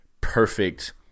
perfect